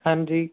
ਹਾਂਜੀ